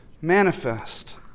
manifest